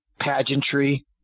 pageantry